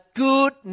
good